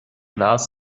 glass